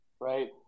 right